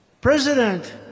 President